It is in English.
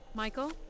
Michael